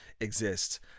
exists